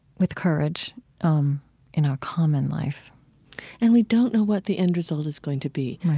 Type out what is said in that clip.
with courage um in our common life and we don't know what the end result is going to be.